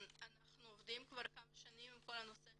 אנחנו עובדים כבר כמה שנים עם כל הנושא